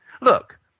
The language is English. Look